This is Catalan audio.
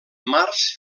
març